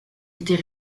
était